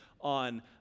on